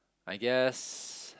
I guess